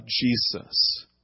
Jesus